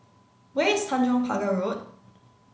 where is Tanjong Pagar Road